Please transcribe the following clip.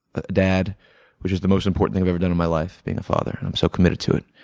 a dad which is the most important thing i've ever done in my life, being a father and i'm so committed to it.